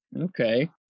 Okay